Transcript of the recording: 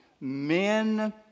Men